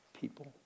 people